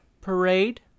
parade